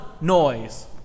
noise